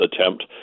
attempt